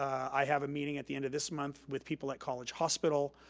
i have a meeting at the end of this month with people at college hospital.